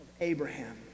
Abraham